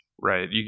right